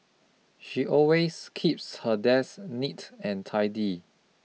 she always keeps her desk neat and tidy